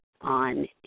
on